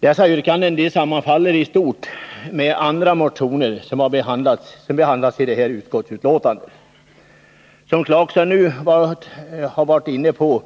Dessa yrkanden sammanfaller i stort med yrkanden i andra motioner som behandlas i detta utskottsbetänkande. Som Rolf Clarkson nu varit inne på